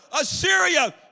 Assyria